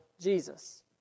Jesus